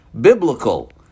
biblical